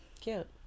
Cute